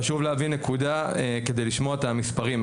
חשוב להבין נקודה כדי לשמוע את המספרים.